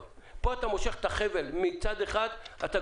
אם אתה מושך פה מצד אחד את החבל,